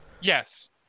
Yes